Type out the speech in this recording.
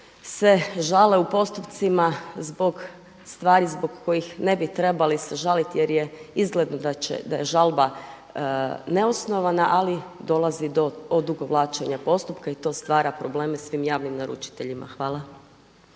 se žale u postupcima zbog stvari zbog kojih ne bi trebali se žaliti jer je izgledno da je žalba neosnovana, ali dolazi do odugovlačenja postupka i to stvara probleme svim javnim naručiteljima. Hvala.